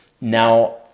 now